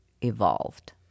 evolved